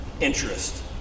interest